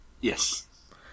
Yes